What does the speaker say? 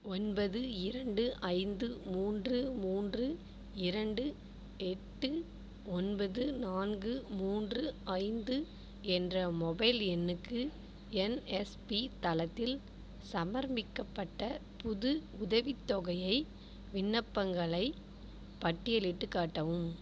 ஒன்பது இரண்டு ஐந்து மூன்று மூன்று இரண்டு எட்டு ஒன்பது நான்கு மூன்று ஐந்து என்ற மொபைல் எண்ணுக்கு என்எஸ்பி தளத்தில் சமர்மிக்கப்பட்ட புது உதவித்தொகையை விண்ணப்பங்களைப் பட்டியலிட்டுக் காட்டவும்